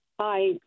Hi